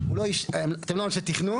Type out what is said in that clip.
תודה.